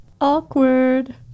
Awkward